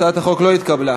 הצעת החוק לא התקבלה.